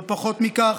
לא פחות מכך,